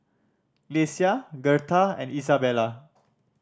Lesia Gertha and Isabela